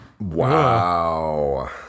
Wow